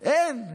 אין.